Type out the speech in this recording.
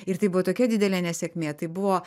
ir tai buvo tokia didelė nesėkmė tai buvo